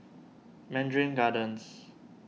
Mandarin Gardens